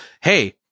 hey